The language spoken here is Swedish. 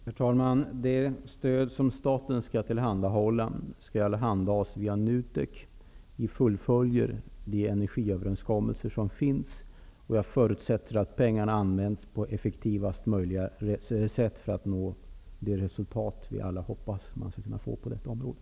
Herr talman! Det stöd som staten skall tillhandahålla skall ges via NUTEK. Vi fullföljer de energiöverenskommelser som finns, och jag förutsätter att pengarna används på effektivaste möjliga sätt för att nå de resultat som vi alla hoppas att man skall kunna nå på detta område.